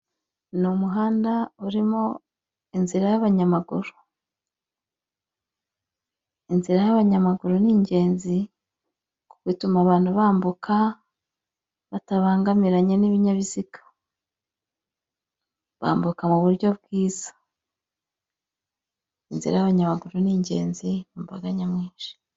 Ni umuhanda urimo inzira y'abanyamaguru. Inzira y'abanyamaguru ni ingenzi, ituma abantu bambuka batabangamiranye n'ibinyabiziga. Bambuka mu buryo bwiza. Inzira y'abanyamaguru ni ingenzi mu mbaga nyamwinshi.